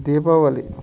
Deepavali